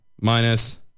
Minus